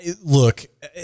look